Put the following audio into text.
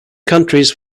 counties